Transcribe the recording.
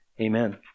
Amen